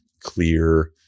clear